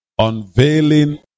Unveiling